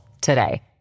today